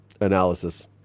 analysis